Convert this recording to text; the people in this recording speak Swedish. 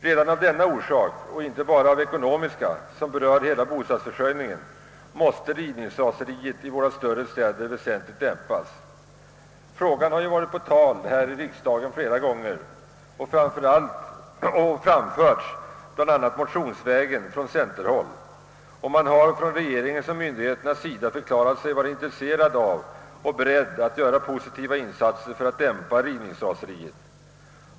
Redan av denna orsak — alltså inte bara av ekonomiska orsaker, vilka berör hela bostadsförsörjningen — måste rivningsraseriet i våra större städer väsentligt dämpas. Frågan har varit på tal här i riksdagen flera gånger tidigare, och förslag om dämpning av rivningsraseriet har framförts motionsvägen bl.a. från centerhåll. Regeringen och myndigheterna har också förklarat sig vara intresserade av att göra positiva insatser i den riktningen.